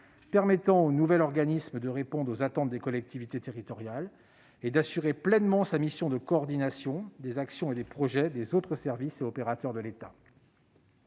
permettant au nouvel organisme de répondre aux attentes des collectivités territoriales et d'assurer pleinement sa mission de coordination des actions et des projets des autres services et opérateurs de l'État.